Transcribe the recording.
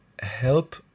help